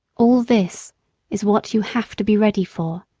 all this is what you have to be ready for.